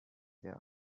there